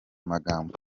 magambo